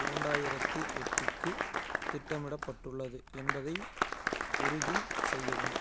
இரண்டாயிரத்து எட்டுக்கு திட்டமிடப்பட்டுள்ளது என்பதை உறுதி செய்யவும்